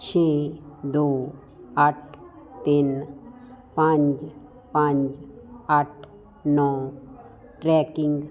ਛੇ ਦੋ ਅੱਠ ਤਿੰਨ ਪੰਜ ਪੰਜ ਅੱਠ ਨੌਂ ਟਰੈਕਿੰਗ